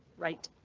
right?